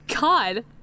god